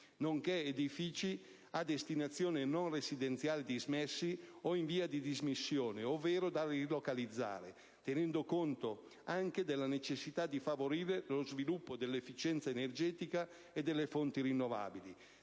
nonché edifici a destinazione non residenziale dismessi o in via di dismissione ovvero da rilocalizzare, tenendo conto anche della necessità di favorire lo sviluppo dell'efficienza energetica e delle fonti rinnovabili.